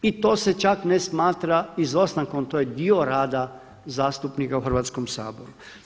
I to se čak ne smatra izostankom, to je dio rada zastupnika u Hrvatskom saboru.